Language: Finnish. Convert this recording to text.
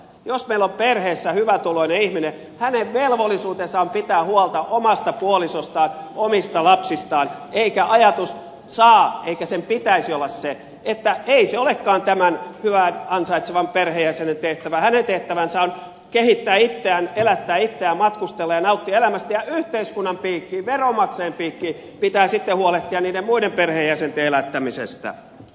jos meillä on perheessä hyvätuloinen ihminen hänen velvollisuutensa on pitää huolta omasta puolisostaan omista lapsistaan eikä ajatus saa eikä sen pitäisi olla se että ei se olekaan tämän hyvin ansaitsevan perheenjäsenen tehtävä hänen tehtävänsä on kehittää itseään elättää itseään matkustella ja nauttia elämästä ja yhteiskunnan piikkiin veronmaksajien piikkiin pitää sitten huolehtia niiden muiden perheenjäsenten elättämisestä